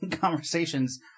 conversations